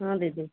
ହଁ ଦିଦି